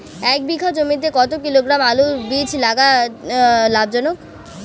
এক বিঘা জমিতে কতো কিলোগ্রাম আলুর বীজ লাগা লাভজনক?